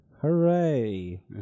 hooray